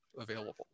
available